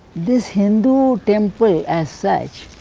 this hindu temple, as such,